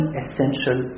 essential